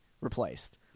replaced